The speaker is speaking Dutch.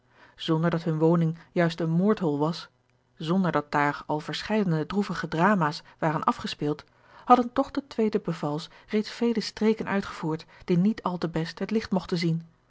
zonder dat hunne woning juist een moordhol was zonder dat daar al verscheidene droevige dramaas waren afgespeeld hadden toch de twee de bevals reeds vele streken uitgevoerd die niet al te best het licht mogten zien